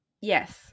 Yes